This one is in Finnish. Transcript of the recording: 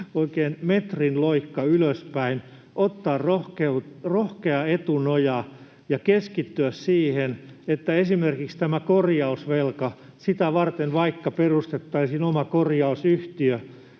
oikein metrin loikka ylöspäin, ottaa rohkea etunoja ja keskittyä siihen, että esimerkiksi tätä korjausvelkaa varten vaikka perustettaisiin oma korjausyhtiö.